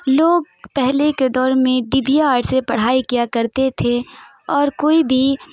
لوگ پہلے کے دور میں ڈبیا اور سے پڑھائی کیا کرتے تھے اور کوئی بھی